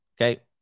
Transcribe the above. Okay